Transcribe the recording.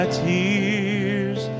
tears